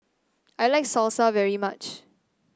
I like Salsa very much